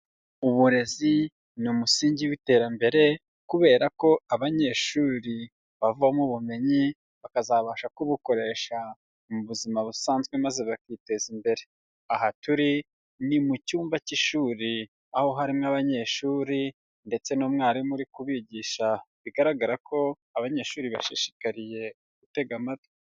Uburezi ni umusingi w'iterambere, kubera ko abanyeshuri bavoma ubumenyi, bakazabasha kubukoresha mu buzima busanzwe maze bakiteza imbere, aha turi ni mu cyumba cy'ishuri aho harimo abanyeshuri ndetse n'umwarimu uri kubigisha bigaragara ko abanyeshuri bashishikariye gutega amatwi.